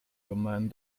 gemein